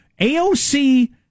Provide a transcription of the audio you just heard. AOC